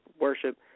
worship